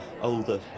older